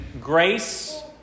grace